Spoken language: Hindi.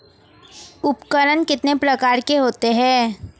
उपकरण कितने प्रकार के होते हैं?